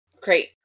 Great